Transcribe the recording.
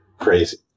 crazy